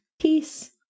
peace